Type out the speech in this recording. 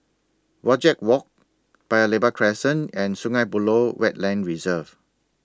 Wajek Walk Paya Lebar Crescent and Sungei Buloh Wetland Reserve